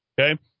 okay